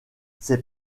ces